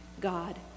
God